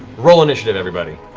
roll initiative, everybody.